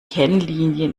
kennlinie